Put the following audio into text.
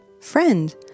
Friend